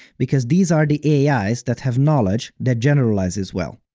because these are the ais that have knowledge that generalizes well.